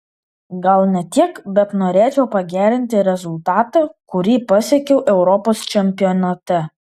gal ne tiek bet norėčiau pagerinti rezultatą kurį pasiekiau europos čempionate